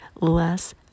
less